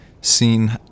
seen